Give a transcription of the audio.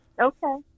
okay